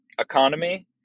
economy